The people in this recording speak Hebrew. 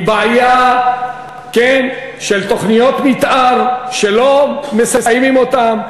היא בעיה של תוכניות מתאר שלא מסיימים אותן.